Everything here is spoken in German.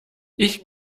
ich